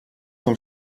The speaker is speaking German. vom